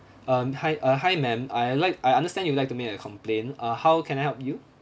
um hi uh hi ma'am I like I understand you'd like to make a complaint uh how can I help you